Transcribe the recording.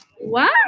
wow